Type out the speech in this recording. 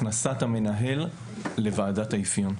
הכנסת המנהל לוועדת האפיון.